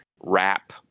wrap